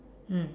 mm